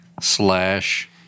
Slash